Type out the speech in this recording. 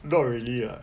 not really lah